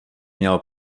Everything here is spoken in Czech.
měl